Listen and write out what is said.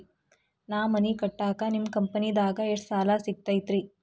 ನಾ ಮನಿ ಕಟ್ಟಾಕ ನಿಮ್ಮ ಕಂಪನಿದಾಗ ಎಷ್ಟ ಸಾಲ ಸಿಗತೈತ್ರಿ?